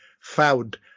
found